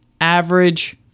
average